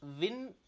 win